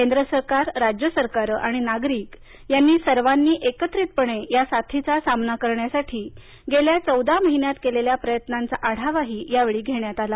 केंद्रसरकार राज्य सरकारं आणि नागरीक यांनी सर्वांनी एकत्रितपणे या साथीचा सामना करण्यासाठी गेल्या चौदा महिन्यात केलेल्या प्रयत्नांचा आढावाही या वेळी घेण्यात आला